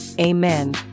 Amen